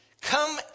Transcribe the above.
Come